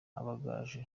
amagaju